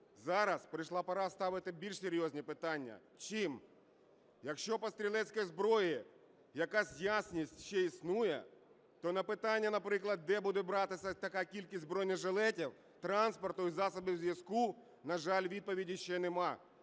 Зараз прийшла пора ставити більш серйозні питання – чим. Якщо по стрілецькій зброї якась ясність ще існує, то на питання, наприклад, де буде братися така кількість бронежилетів, транспорту і засобів зв'язку, на жаль, відповіді ще немає.